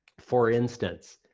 for instance,